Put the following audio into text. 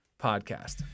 podcast